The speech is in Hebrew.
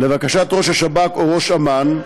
לבקשת ראש השב"כ או ראש אמ"ן,